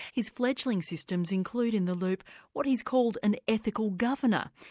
his fledgling systems include in the loop what he's called an ethical governor,